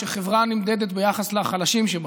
שחברה נמדדת ביחס לחלשים שבה,